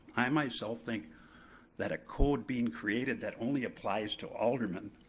i myself think that a code being created that only applies to aldermen,